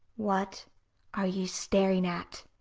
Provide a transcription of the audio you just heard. what are you staring at?